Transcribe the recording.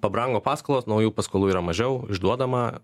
pabrango paskolos naujų paskolų yra mažiau išduodama